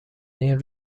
این